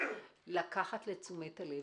לקחת לתשומת הלב,